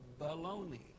baloney